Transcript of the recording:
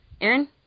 Aaron